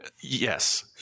yes